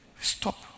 Stop